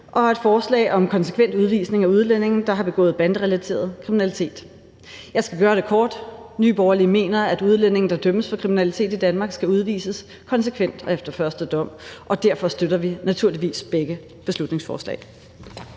og et forslag om konsekvent udvisning af udlændinge, der har begået banderelateret kriminalitet. Jeg skal gøre det kort: Nye Borgerlige mener, at udlændinge, der dømmes for kriminalitet i Danmark, skal udvises konsekvent og efter første dom, og derfor støtter vi naturligvis begge beslutningsforslag.